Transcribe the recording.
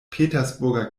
petersburger